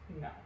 No